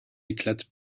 éclatent